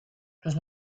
los